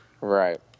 right